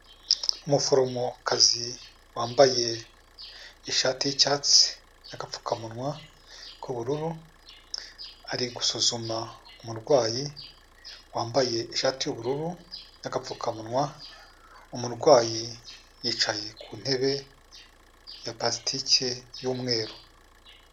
Umuforomokazi wambaye ishati y'icyatsi, agapfukamunwa k'ubururu, ari gusuzuma umurwayi wambaye ishati y'ubururu n'agapfukamunwa, umurwayi yicaye ku ntebe ya parasitike y'umweru.